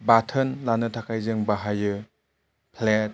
बाथोन लानो थाखाय जों बाहायो फ्लेट